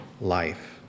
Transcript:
life